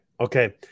Okay